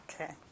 Okay